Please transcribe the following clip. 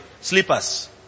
slippers